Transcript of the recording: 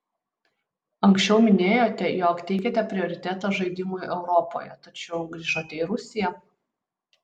anksčiau minėjote jog teikiate prioritetą žaidimui europoje tačiau grįžote į rusiją